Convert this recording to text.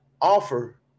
offer